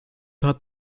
hat